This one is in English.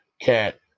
cat